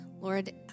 Lord